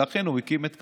ולכן הוא הקים את קדימה.